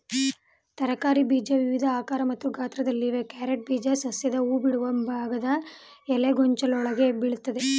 ತರಕಾರಿ ಬೀಜ ವಿವಿಧ ಆಕಾರ ಮತ್ತು ಗಾತ್ರದಲ್ಲಿವೆ ಕ್ಯಾರೆಟ್ ಬೀಜ ಸಸ್ಯದ ಹೂಬಿಡುವ ಭಾಗದ ಎಲೆಗೊಂಚಲೊಳಗೆ ಬೆಳಿತವೆ